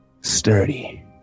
sturdy